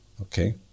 okay